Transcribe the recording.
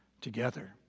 together